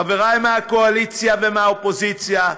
חבריי מהקואליציה ומהאופוזיציה,